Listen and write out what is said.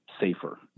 safer